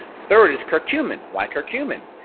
third is curcumin. why curcumin.